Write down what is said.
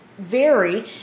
vary